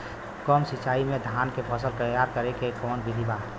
कम सिचाई में धान के फसल तैयार करे क कवन बिधि बा?